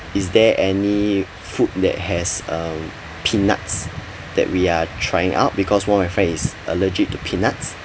is there any food that has um peanuts that we are trying out because one of my friend is allergic to peanuts